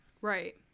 Right